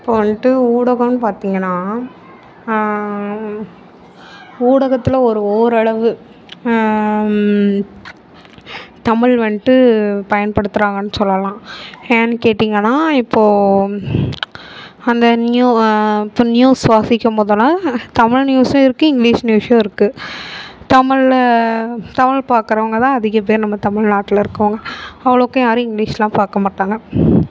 இப்போது வந்துட்டு ஊடகம்னு பார்த்தீங்கன்னா ஊடகத்தில் ஒரு ஓரளவு தமிழ் வந்துட்டு பயன்படுத்துகிறாங்கன்னு சொல்லலாம் ஏன்னு கேட்டீங்கன்னா இப்போது அந்த நியூ இப்போ நியூஸ் வாசிக்கும்போதெல்லாம் தமிழ் நியூஸும் இருக்குது இங்கிலீஷ் நியூஸும் இருக்குது தமிழில் தமிழ் பார்க்குறவங்கதான் அதிகம் பேர் நம்ம தமிழ்நாட்டில் இருக்கவங்க அவ்வளோக்கு யாரும் இங்கிலீஷ்லாம் பார்க்கமாட்டாங்க